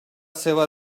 seva